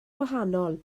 wahanol